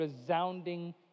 resounding